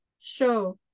show